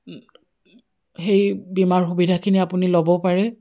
সেই বীমাৰ সুবিধাখিনি আপুনি ল'ব পাৰে